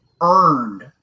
earned –